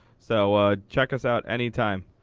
so ah check us out anytime.